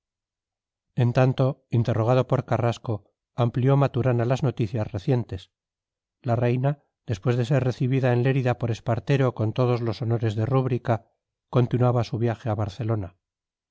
en tanto interrogado por carrasco amplió maturana las noticias recientes la reina después de ser recibida en lérida por espartero con todos los honores de rúbrica continuaba su viaje a barcelona